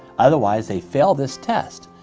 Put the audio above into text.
otherwise they fail this test.